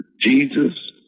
Jesus